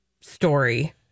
story